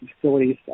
facilities